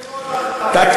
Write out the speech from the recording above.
תגיד, איפה אתה חי?